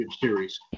Series